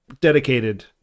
dedicated